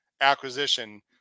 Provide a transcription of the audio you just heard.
acquisition